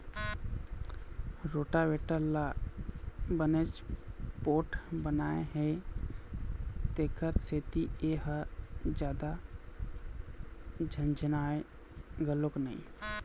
rotavator ल बनेच पोठ बनाए हे तेखर सेती ए ह जादा झनझनावय घलोक नई